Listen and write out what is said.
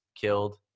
killed